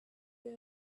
they